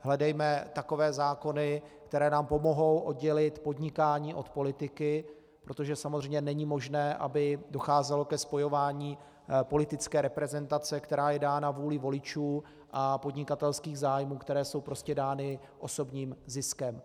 Hledejme takové zákony, které nám pomohou oddělit podnikání od politiky, protože samozřejmě není možné, aby docházelo ke spojování politické reprezentace, která je dána vůlí voličů, a podnikatelských zájmů, které jsou prostě dány osobním ziskem.